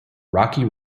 rocky